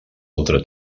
altre